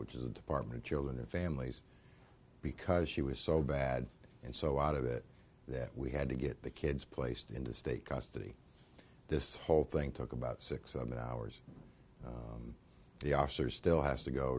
which is the department of children and families because she was so bad and so out of it that we had to get the kids placed into state custody this whole thing took about six seven hours the officer still has to go